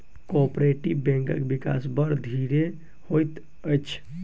cooperative बैंकक विकास बड़ धीरे होइत अछि